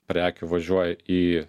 prekių važiuoja į